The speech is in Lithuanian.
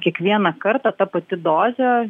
kiekvieną kartą ta pati dozė